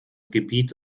gebiet